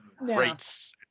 rates